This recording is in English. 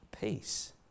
Peace